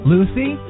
Lucy